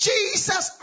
Jesus